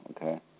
okay